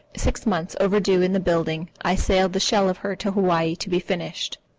six months overdue in the building, i sailed the shell of her to hawaii to be finished,